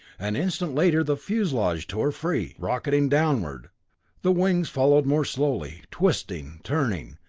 an instant later the fuselage tore free, rocketing downward the wings followed more slowly twisting, turning,